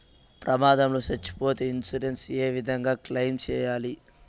ప్రమాదం లో సచ్చిపోతే ఇన్సూరెన్సు ఏ విధంగా క్లెయిమ్ సేయాలి?